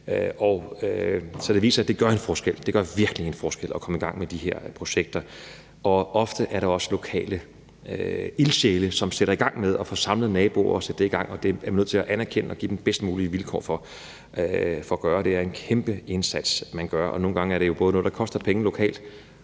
Så det viser, at det gør en forskel. Det gør virkelig en forskel at komme i gang med de her projekter. Og ofte er der også lokale ildsjæle, som får samlet naboer og sat det i gang. Det er vi nødt til at anerkende og give dem de bedst mulige vilkår for at gøre. Det er en kæmpe indsats, man gør, og nogle gange er det jo noget, der både koster penge lokalt